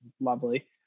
lovely